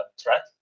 threat